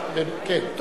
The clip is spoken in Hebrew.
כן.